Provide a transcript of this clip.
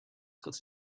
got